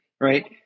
right